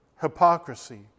hypocrisy